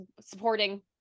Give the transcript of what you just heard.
supporting